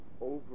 over